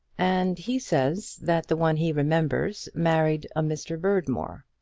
and he says that the one he remembers married a mr. berdmore.